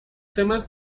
temas